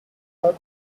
are